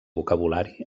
vocabulari